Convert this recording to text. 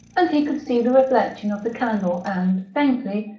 and he could see the reflection of the candle, and, faintly,